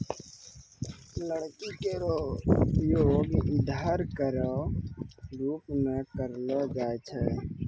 लकड़ी केरो उपयोग ईंधन केरो रूप मे करलो जाय छै